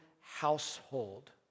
household